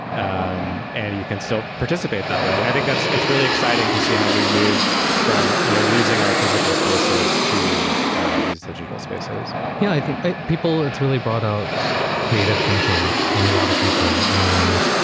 um and you can still participate that way. and i think that's it's really exciting to see how we moved from, you know, losing our physical spaces to these digital spaces you know, i think people it's really brought out creative thinking in a lot of people. and,